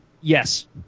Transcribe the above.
Yes